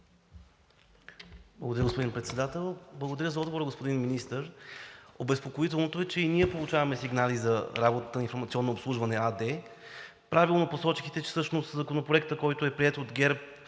Благодаря Ви, господин Председател. Благодаря Ви за отговора, господин Министър. Обезпокоително е, че и ние получаваме сигнали за работата на „Информационно обслужване“ АД. Правилно посочихте, че всъщност Законопроектът, който е приет от ГЕРБ,